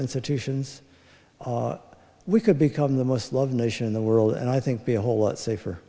institutions we could become the most loved nation in the world and i think be a whole lot safer